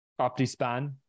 OptiSpan